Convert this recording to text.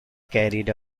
carried